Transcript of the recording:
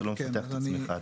אתה לא מפתח את עצמך.